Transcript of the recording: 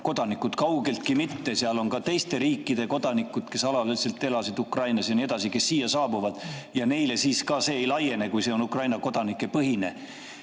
kodanikud, kaugeltki mitte, nende hulgas on ka teiste riikide kodanikke, kes alaliselt elasid Ukrainas ja nii edasi, kes siia saabuvad ja neile siis ka see ei laiene, kui see on Ukraina kodanike põhine.